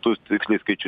tų tiksliai skaičių